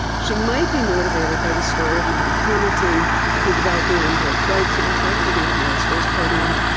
she might be motivated by the story of margaret hamilton who developed the on-board flight software for the apollo space program,